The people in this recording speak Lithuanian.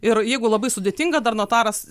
ir jeigu labai sudėtinga dar notaras